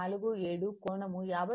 47 కోణం 59